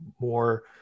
more